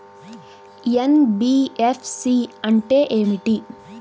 NBFC అంటే ఏమిటి?